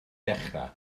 dechrau